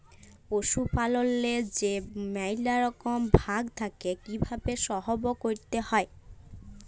পশুপাললেল্লে যে ম্যালা রকম ভাগ থ্যাকে কিভাবে সহব ক্যরতে হয়